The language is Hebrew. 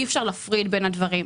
אי אפשר להפריד בין הדברים.